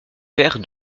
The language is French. vers